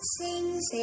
Sings